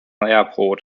airport